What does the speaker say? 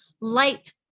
light